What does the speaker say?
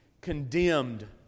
condemned